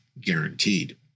guaranteed